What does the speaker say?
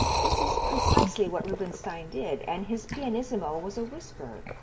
this is precisely what rubinstein did, and his pianissimo was a whisper.